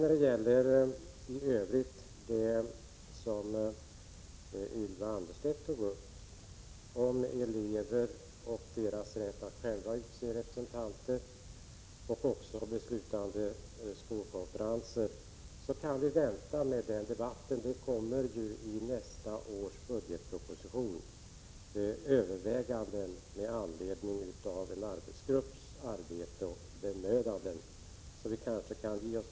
När det gäller det som Ylva Annerstedt tog upp beträffande elevers rätt att själva utse representanter och skolkonferenser som beslutande organ, kan vi vänta med den debatten. I nästa års budgetproposition kommer ju överväganden med anledning av en arbetsgrupps arbete och bemödanden i dessa frågor.